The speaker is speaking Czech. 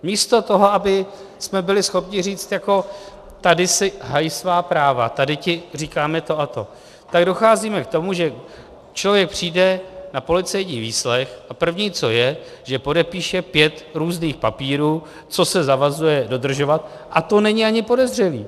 Místo toho, abychom byli schopni říct jako tady si haj svá práva, tady ti říkáme to a to, tak docházíme k tomu, že člověk přijde na policejní výslech a první, co je, že podepíše pět různých papírů, co se zavazuje dodržovat, a to není ani podezřelý.